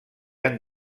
han